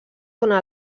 dóna